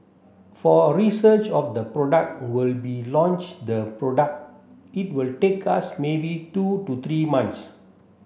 for a research of the product we'll be launch the product it will take us maybe two to three months